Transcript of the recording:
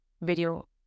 video